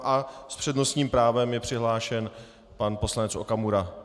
S přednostním právem je přihlášen pan poslanec Okamura.